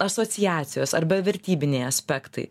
asociacijos arba vertybiniai aspektai